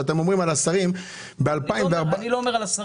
שאתם אומרים על השרים --- אני לא אומר על השרים.